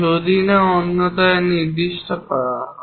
যদি না অন্যথায় নির্দিষ্ট করা হয়